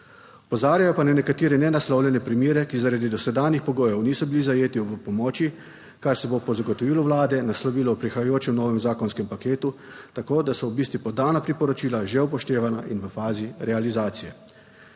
Opozarjajo pa na nekatere nenaslovljene primere, ki zaradi dosedanjih pogojev niso bili zajeti, ob pomoči, kar se bo po zagotovilu Vlade naslovilo v prihajajočem novem zakonskem paketu, tako da so v bistvu podana priporočila že upoštevana in v fazi realizacije.